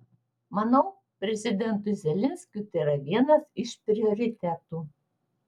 manau prezidentui zelenskiui tai yra vienas iš prioritetų